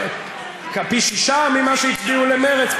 פי-שישה ממה שהצביעו למרצ,